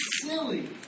silly